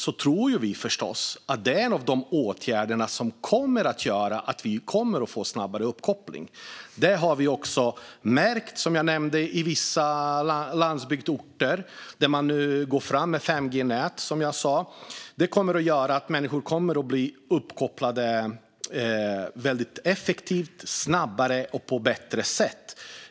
Vi tror förstås att det är en av de åtgärder som kommer att göra att vi får snabbare uppkoppling. Det har vi också märkt, som jag nämnde, i vissa orter på landsbygden där man går fram med 5G-nät. Det kommer att göra att människor blir uppkopplade väldigt effektivt, snabbare och på bättre sätt.